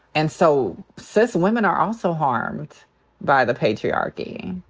and so cis women are also harmed by the patriarchy,